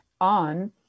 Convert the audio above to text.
on